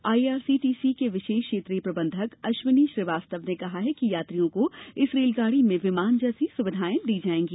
IRCTC के विशेष क्षेत्रीय प्रबंधक अश्विनी श्रीवास्तव ने कहा कि यात्रियों को इस रेलगाड़ी में विमान जैसी सुविघाएं दी जायेगी